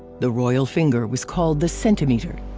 the royal finger was called the centimeter,